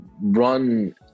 run